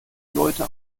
leute